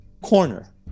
Corner